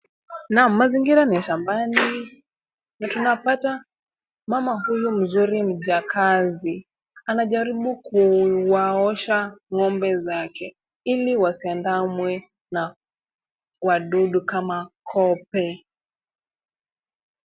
Naam, mazingira ni ya shambani na tunapata mama huyu mzuri mjakazi. Anajaribu kuwaosha ng'ombe zake ili wasiandamwe na wadudu kama kupe.